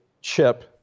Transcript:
chip